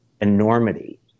enormity